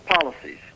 policies